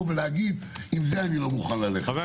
במראה ולומר: עם זה אני לא מוכן ללכת.